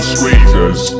Squeezers